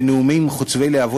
בנאומים חוצבי להבות,